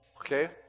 okay